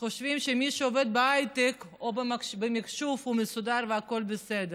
כשחושבים שמי שעובד בהייטק או במחשוב הוא מסודר והכול בסדר,